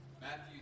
Matthew